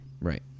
Right